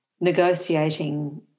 negotiating